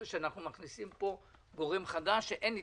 שאנחנו מכניסים כאן גורם חדש לפיו אין התיישנות.